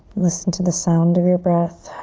listen to the sound of your breath.